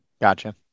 Gotcha